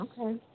Okay